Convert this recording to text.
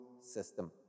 system